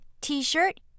T-shirt